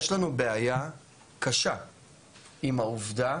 יש לנו בעיה קשה עם העובדה